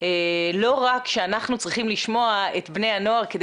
לא רק שאנחנו צריכים לשמוע את בני הנוער כדי